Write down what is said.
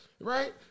right